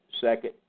second